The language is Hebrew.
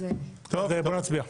אז בואו נצביע.